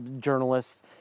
journalists